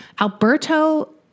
Alberto